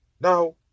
Now